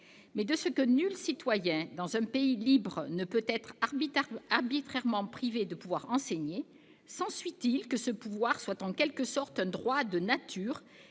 Mais de ce que nul citoyen, dans un pays libre, ne peut être arbitrairement privé du pouvoir d'enseigner, s'ensuit-il que ce pouvoir soit en quelque sorte un droit de nature,